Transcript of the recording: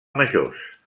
majors